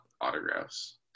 autographs